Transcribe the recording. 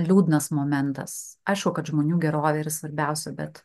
liūdnas momentas aišku kad žmonių gerovė yra svarbiausia bet